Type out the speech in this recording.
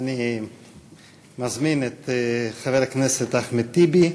אני מזמין את חבר הכנסת אחמד טיבי.